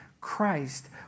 Christ